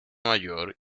mayor